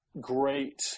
great